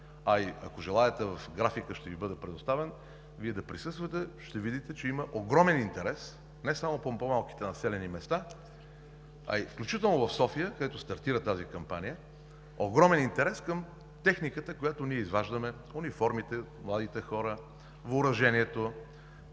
а и ако желаете графикът ще Ви бъде предоставен – Вие да присъствате, ще видите, че има огромен интерес не само в по-малките населени места, а включително и в София, където стартира тази кампания, огромен е интересът към техниката, която ние изваждаме, униформите, младите хора, въоръжението.